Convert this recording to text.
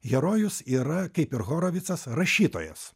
herojus yra kaip ir horovicas rašytojas